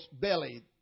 belly